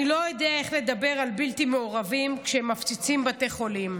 אני לא יודע איך לדבר על בלתי מעורבים כשהם מפציצים בתי חולים.